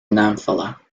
naamvallen